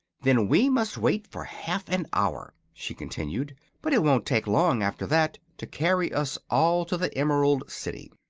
then we must wait for half an hour, she continued but it won't take long, after that, to carry us all to the emerald city.